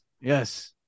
Yes